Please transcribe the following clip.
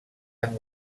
han